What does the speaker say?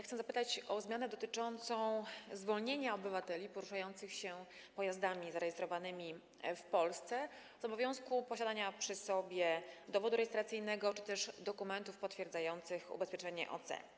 Chcę zapytać o zmianę dotyczącą zwolnienia obywateli poruszających się pojazdami zarejestrowanymi w Polsce z obowiązku posiadania przy sobie dowodu rejestracyjnego czy też dokumentów potwierdzających ubezpieczenie OC.